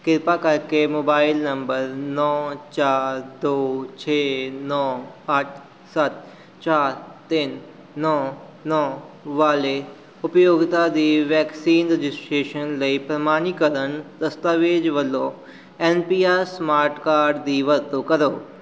ਕਿਰਪਾ ਕਰਕੇ mobile number ਨੌਂ ਚਾਰ ਦੋ ਛੇ ਨੌਂ ਅੱਠ ਸੱਤ ਚਾਰ ਤਿੰਨ ਨੌਂ ਨੌਂ ਵਾਲੇ ਉਪਭੋਗਤਾ ਦੀ ਵੈਕਸੀਨ ਰਜਿਸਟ੍ਰੇਸ਼ਨ ਲਈ ਪ੍ਰਮਾਣੀਕਰਨ ਦਸਤਾਵੇਜ਼ ਵਜੋਂ N P R smart card ਦੀ ਵਰਤੋਂ ਕਰੋ